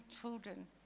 children